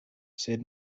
sed